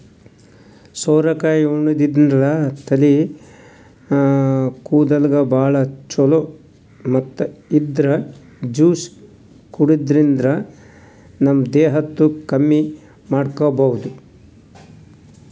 ಸೋರೆಕಾಯಿ ಉಣಾದ್ರಿನ್ದ ತಲಿ ಕೂದಲ್ಗ್ ಭಾಳ್ ಛಲೋ ಮತ್ತ್ ಇದ್ರ್ ಜ್ಯೂಸ್ ಕುಡ್ಯಾದ್ರಿನ್ದ ನಮ ದೇಹದ್ ತೂಕ ಕಮ್ಮಿ ಮಾಡ್ಕೊಬಹುದ್